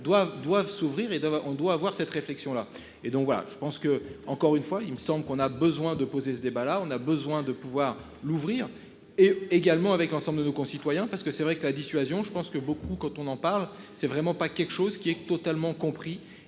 doivent s'ouvrir et dont on doit avoir cette réflexion là et donc voilà je pense que, encore une fois, il me semble qu'on a besoin de poser ce débat là, on a besoin de pouvoir l'ouvrir et également avec l'ensemble de nos concitoyens parce que c'est vrai que la dissuasion. Je pense que beaucoup quand on en parle, c'est vraiment pas quelque chose qui est totalement compris